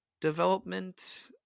development